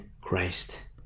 Christ